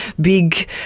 big